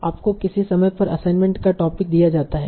आपको किसी समय पर असाइनमेंट का टोपिक दिया जाता है